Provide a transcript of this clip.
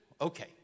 okay